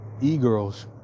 e-girls